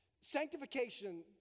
sanctification